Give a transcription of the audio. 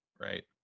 right